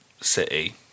City